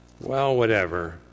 well-whatever